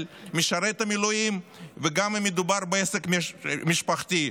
משרת המילואים וגם אם מדובר בעסק משפחתי.